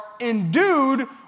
endued